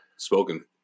Spoken